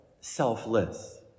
selfless